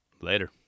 Later